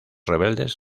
rebeldes